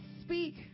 Speak